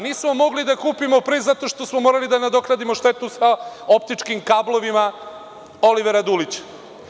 Nismo mogli da kupimo pre zato što smo morali da nadoknadimo štetu sa optičkim kablovima Olivera Dulića.